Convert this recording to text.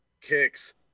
kicks